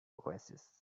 oasis